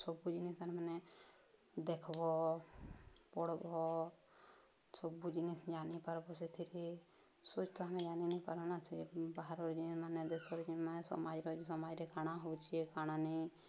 ସବୁ ଜିନିଷ୍ ଆମେ ମାନେ ଦେଖ୍ବ ପ଼ବ ସବୁ ଜିନିଶ୍ ଜାନିପାର୍ବ ସେଥିରେ ସୋଚ୍ ତ ଆମେ ଜାନି ନାଇଁପାରୁନା ସେ ବାହାରର ଯେନ୍ମାନେ ଦେଶରେ ଯେନ୍ମାନେ ସମାଜର ସମୟରେ କାଣା ହେଉଛି କାଣା ନେଇଁ